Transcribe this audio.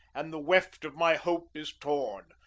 and the weft of my hope is torn,